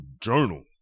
journal